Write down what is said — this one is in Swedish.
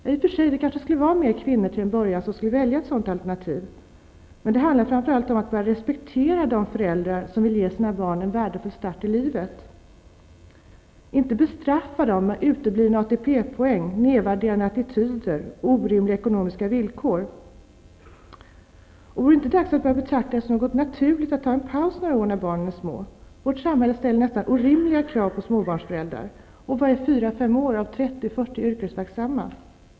Ja, i och för sig skulle kanske till en början fler kvinnor välja ett sådant alternativ, men framför allt handlar det om att börja repsektera de föräldrar som vill ge sina barn en värdefull start i livet. Man skall inte bestraffa dem med uteblivna ATP-poäng, nedvärderande attityder och orimliga ekonomiska villkor. Vore det inte dags att börja betrakta det som något naturligt att ta en paus några år, när barnen är små? Vårt samhälle ställer nästan orimliga krav på småbarnsföräldrar. Vad är 4--5 år av 30--40 yrkesverksamma?